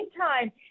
time